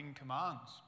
commands